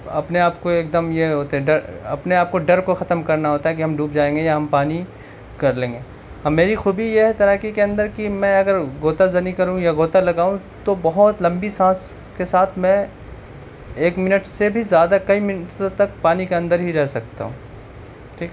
اپنے آپ کو ایک دم یہ ہوتے ہے ڈر اپنے آپ کو ڈر کو ختم کرنا ہوتا ہے کہ ہم ڈوب جائیں گے یا ہم پانی کر لیں گے میری خوبی یہ ہے تیراکی کے اندر کہ میں اگر غوطہ زنی کروں یا غوطہ لگاؤں تو بہت لمبی سانس کے ساتھ میں ایک منٹ سے بھی زیادہ کئی منٹوں تک پانی کے اندر ہی رہ سکتا ہوں ٹھیک